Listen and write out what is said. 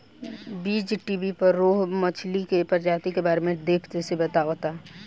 बीज़टीवी पर रोहु मछली के प्रजाति के बारे में डेप्थ से बतावता